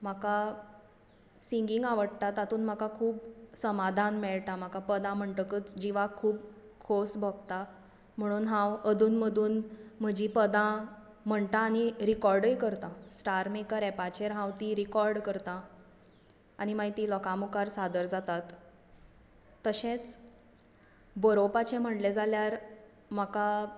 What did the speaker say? म्हाका सिंगींग आवडटा तातूंत म्हाका खूब समाधान मेळटा म्हाका पदां म्हणटकच जिवाक खूब खोस भोगता म्हणून हांव अधून मधून म्हजीं पदां म्हणटा आनी रिकाॅर्डूय करतां स्टार मेकर एपाचेर हांव तीं रिकाॅर्ड करतां आनी मागीर ती लोकां मुखार सादर जातात तशेंच बरोवपाचें म्हणलें जाल्यार म्हाका